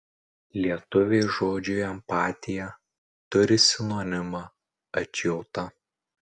lietuviai žodžiui empatija turi sinonimą atjauta